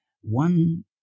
one